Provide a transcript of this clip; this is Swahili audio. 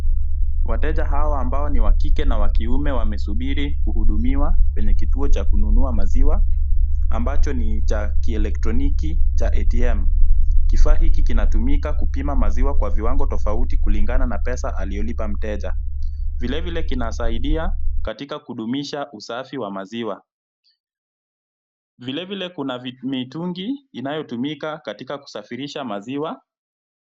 Wateja hawa, ambao ni wa kike na wa kiume, wanasubiri kuhudumiwa kwenye kituo cha kununua maziwa ambacho ni cha kielektroniki cha ATM . Kifaa hiki kinatumika kupima maziwa kwa viwango tofauti kulingana na pesa aliyolipa mteja. Vilevile, kinasaidia katika kudumisha usafi wa maziwa. Vilevile, kuna mitungi inayotumika katika kusafirisha maziwa.